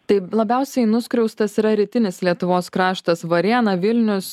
tai labiausiai nuskriaustas yra rytinis lietuvos kraštas varėna vilnius